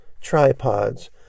tripods